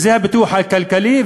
אז זה הפיתוח הכלכלי,